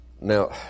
Now